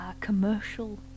commercial